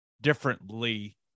differently